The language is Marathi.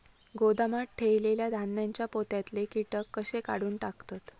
गोदामात ठेयलेल्या धान्यांच्या पोत्यातले कीटक कशे काढून टाकतत?